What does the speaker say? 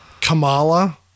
Kamala